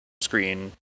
screen